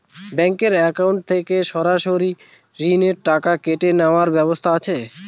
Bank account থেকে সরাসরি ঋণের টাকা কেটে নেওয়ার ব্যবস্থা আছে?